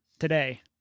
today